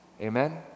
Amen